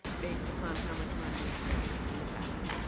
based upon how much money you've made in the past.